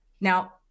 Now